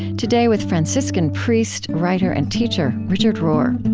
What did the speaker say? today with franciscan priest, writer and teacher, richard rohr